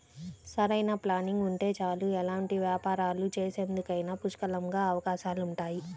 సరైన ప్లానింగ్ ఉంటే చాలు ఎలాంటి వ్యాపారాలు చేసేందుకైనా పుష్కలంగా అవకాశాలుంటాయి